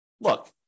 look